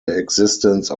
existence